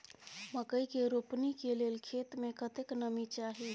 मकई के रोपनी के लेल खेत मे कतेक नमी चाही?